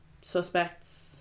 suspects